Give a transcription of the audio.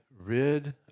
rid